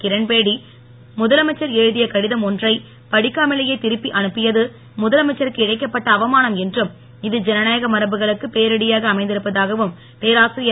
கிரண்பேடி முதலமைச்சர் எழுதிய கடிதம் ஒன்றை படிக்காமலேயே திருப்பி அனுப்பியது முதலமைச்சருக்கு இழைக்கப்பட்ட அவமானம் என்றும் இது ஜனநாயக மரபுகளுக்குப் பேரிடியாக அமைந்திருப்பதாகவும் பேராசிரியர்